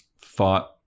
thought